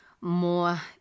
more